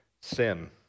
sin